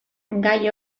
gai